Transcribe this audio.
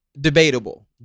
debatable